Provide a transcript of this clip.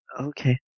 okay